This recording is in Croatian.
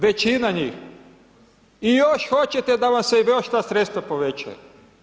Većina njih i još hoćete da vam se još ta sredstva povećaju.